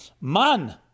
Man